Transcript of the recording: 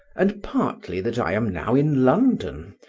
and partly that i am now in london,